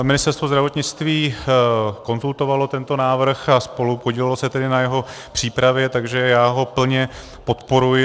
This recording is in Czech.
Ministerstvo zdravotnictví konzultovalo tento návrh a spolupodílelo se na jeho přípravě, takže já ho plně podporuji.